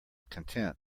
content